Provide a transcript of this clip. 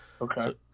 Okay